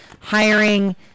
hiring